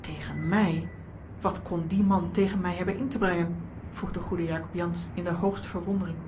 tegen mij wat kon die man tegen mij hebben in te brengen vroeg de goede jacob jansz in de hoogste verwondering